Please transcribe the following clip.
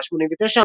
סגולה 89,